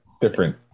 Different